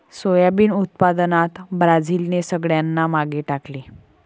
soybean उत्पादनात ब्राझीलने सगळ्यांना मागे टाकले